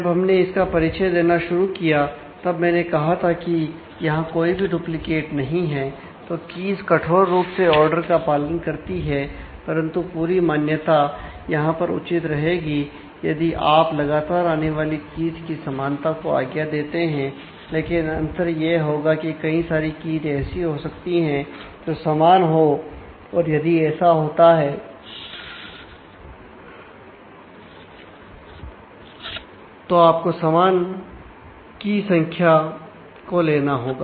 जब हमने इसका परिचय देना शुरू किया तब मैंने कहा था कि कि यहां कोई भी डुप्लीकेट की संख्या को लेना होगा